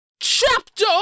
chapter